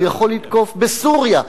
הוא יכול לתקוף בסוריה,